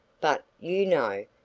but, you know,